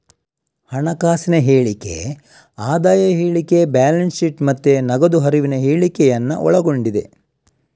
ಹಣಕಾಸಿನ ಹೇಳಿಕೆ ಆದಾಯ ಹೇಳಿಕೆ, ಬ್ಯಾಲೆನ್ಸ್ ಶೀಟ್ ಮತ್ತೆ ನಗದು ಹರಿವಿನ ಹೇಳಿಕೆಯನ್ನ ಒಳಗೊಂಡಿದೆ